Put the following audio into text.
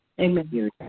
Amen